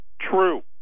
true